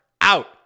out